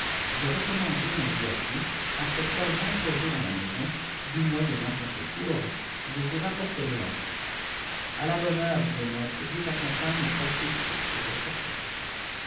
je rommanderai ma vie à dieu après quoi j'entrerai dans la maison é où moyennant son secours je vous rapporterai ferifant a la bonne heure dit le maître dieu t'accompagne t'assiste et te fortifie